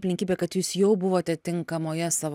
aplinkybė kad jūs jau buvote tinkamoje savo